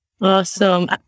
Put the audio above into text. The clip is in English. awesome